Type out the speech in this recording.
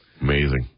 amazing